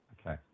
okay